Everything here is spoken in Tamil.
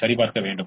சரிபார்க்கவும்